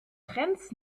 trends